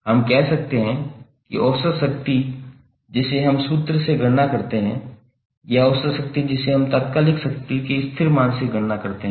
हम कह सकते हैं कि औसत शक्ति जिसे हम सूत्र से गणना करते हैं या औसत शक्ति जिसे हम तात्कालिक शक्ति के स्थिर मान से गणना करते हैं